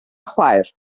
chwaer